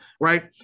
Right